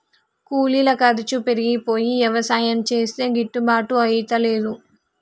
కూలీల ఖర్చు పెరిగిపోయి యవసాయం చేస్తే గిట్టుబాటు అయితలేదు